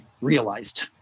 realized